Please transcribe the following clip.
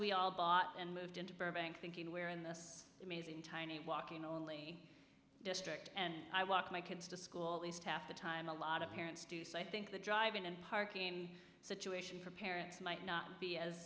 we all bought and moved into burbank thinking we're in this amazing tiny walking only district and i walk my kids to school at least half the time a lot of parents do so i think the driving and parking situation for parents might not be as